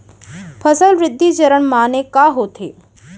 फसल वृद्धि चरण माने का होथे?